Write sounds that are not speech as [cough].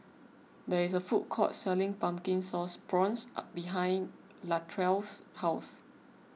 there is a food court selling Pumpkin Sauce Prawns [hesitation] behind Latrell's house